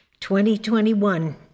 2021